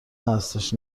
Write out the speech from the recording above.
هستش